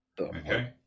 Okay